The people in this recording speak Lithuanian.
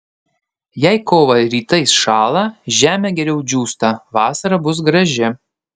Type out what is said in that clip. jei kovą rytais šąla žemė geriau džiūsta vasara bus graži